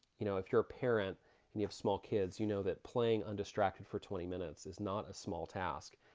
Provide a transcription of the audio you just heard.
you know, if you're a parent and you have small kids you know that playing undistracted for twenty minutes is not a small task.